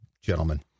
gentlemen